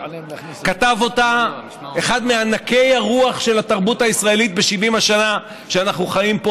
כתב אותה אחד מענקי הרוח של התרבות הישראלית ב-70 השנים שאנחנו חיים פה,